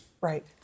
Right